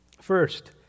First